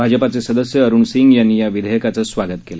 भाजपाचे सदस्य अरुण सिंग यांनी या विधेयकाचं स्वागत केलं